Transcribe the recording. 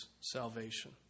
salvation